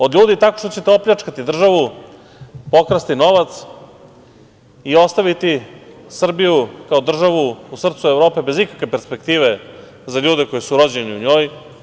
Od ljudi tako što ćete opljačkati državu, pokrasti novac i ostaviti Srbiju kao državu u srcu Evrope bez ikakve perspektive za ljude koji su rođeni u njoj.